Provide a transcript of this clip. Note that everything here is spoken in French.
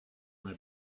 n’a